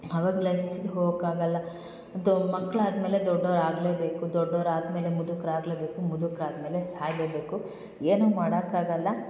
ಆವಾಗ ಲೈಫ್ಗೆ ಹೋಗಕ್ಕಾಗಲ್ಲ ದೊ ಮಕ್ಳು ಆದ್ಮೇಲೆ ದೊಡ್ಡೋರು ಆಗಲೇಬೇಕು ದೊಡ್ಡೋರು ಆದ್ಮೇಲೆ ಮುದುಕ್ರು ಆಗಲೇಬೇಕು ಮುದುಕ್ರು ಆದ್ಮೇಲೆ ಸಾಯಲೇಬೇಕು ಏನು ಮಾಡಕ್ಕಾಗಲ್ಲ